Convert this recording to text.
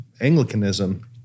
Anglicanism